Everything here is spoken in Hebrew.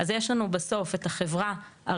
אז יש לנו בסוף את החברה הרלוונטית,